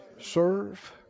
Serve